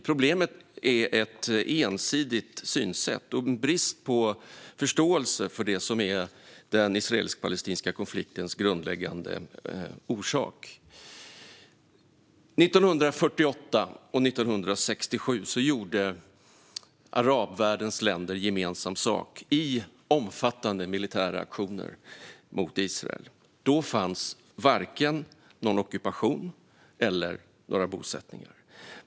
Problemet är ett ensidigt synsätt och en brist på förståelse för det som är den israelisk-palestinska konfliktens grundläggande orsak. År 1948 och år 1967 gjorde arabvärldens länder gemensam sak i omfattande militära aktioner mot Israel. Då fanns varken någon ockupation eller några bosättningar.